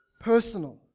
personal